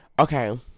Okay